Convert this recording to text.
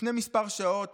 לפני כמה שעות